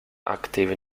active